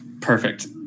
Perfect